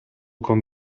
con